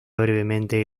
brevemente